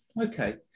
okay